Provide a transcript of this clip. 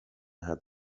had